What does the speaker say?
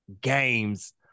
games